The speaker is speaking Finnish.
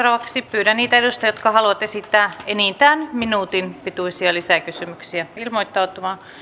pyydän niitä edustajia jotka haluavat esittää enintään minuutin pituisia lisäkysymyksiä ilmoittautumaan